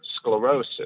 sclerosis